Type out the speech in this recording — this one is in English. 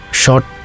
short